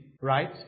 right